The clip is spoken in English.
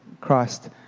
Christ